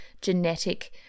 genetic